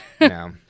no